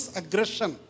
aggression